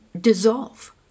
dissolve